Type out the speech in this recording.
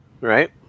Right